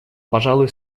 пожалуй